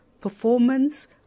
performance